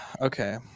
Okay